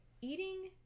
eating